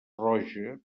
roja